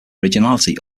originality